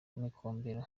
micombero